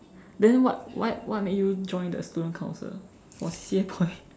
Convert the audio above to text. then what why what made you join the student council for C_C_A point